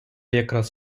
якраз